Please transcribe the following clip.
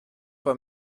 pas